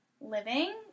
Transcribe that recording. living